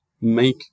make